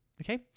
okay